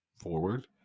forward